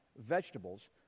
vegetables